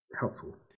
helpful